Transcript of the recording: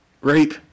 rape